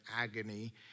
agony